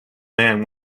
man